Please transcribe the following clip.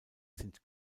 sind